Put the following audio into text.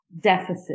deficit